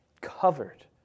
Covered